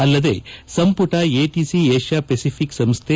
ಅಲ್ಲದೆ ಸಂಪುಟ ಎಟಿಸಿ ಏಷ್ಲಾ ಹೆಸಿಫಿಕ್ ಸಂಸ್ಥೆ